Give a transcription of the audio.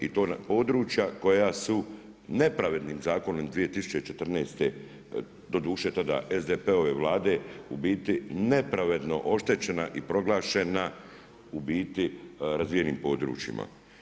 I to na područja koja su nepravednim zakonom 2014. doduše tada SDP-ove Vlade u biti nepravedno oštećena i proglašena u biti razvijenim područjima.